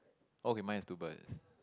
okay mine has two birds